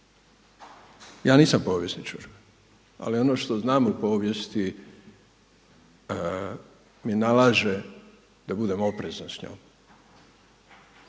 Ja nisam povjesničar, ali ono što znam o povijesti mi nalaže da budem oprezan s njom.